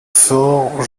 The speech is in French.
fort